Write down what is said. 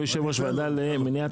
הוא יושב ראש הוועדה לפריפריה.